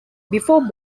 before